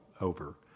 over